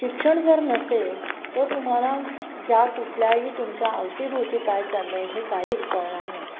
शिक्षण जर नसेल तर तुम्हाला ज्या कुठल्याही तुमच्या अवतीभवती काय चाललं आहे हे काहीच कळणार नाही